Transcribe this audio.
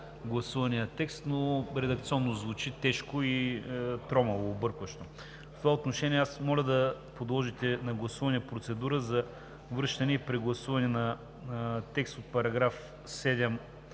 гласувания текст, но редакционно звучи тежко и тромаво, объркващо. В това отношение моля да подложите на гласуване процедура за връщането и прегласуване на текст от § 7,